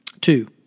Two